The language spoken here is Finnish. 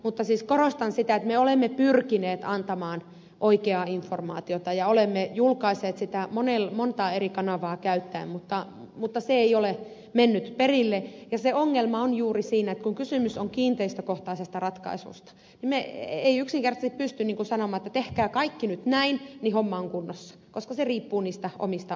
mutta siis korostan sitä että me olemme pyrkineet antamaan oikeaa informaatiota ja olemme julkaisseet sitä monta eri kanavaa käyttäen mutta se ei ole mennyt perille ja se ongelma on juuri siinä että kun kysymys on kiinteistökohtaisesta ratkaisusta niin me emme yksinkertaisesti pysty sanomaan että tehkää kaikki nyt näin niin homma on kunnossa koska se riippuu niistä omista olosuhteista